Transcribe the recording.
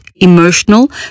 Emotional